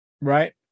right